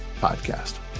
Podcast